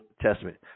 Testament